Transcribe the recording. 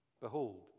Behold